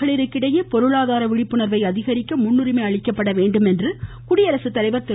மகளிரிடையே பொருளாதார விழிப்புணர்வை அதிகரிக்க முன்னுரிமை அளிக்க வேண்டும் என்று குடியரசுத்தலைவர் திரு